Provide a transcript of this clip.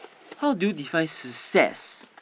how do you define success